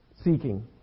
seeking